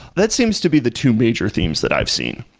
that seems to be the two major themes that i've seen.